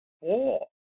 four